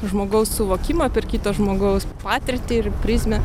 žmogaus suvokimą per kito žmogaus patirtį ir prizmę